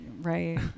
Right